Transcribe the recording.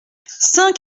cinq